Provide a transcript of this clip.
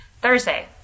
Thursday